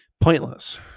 pointless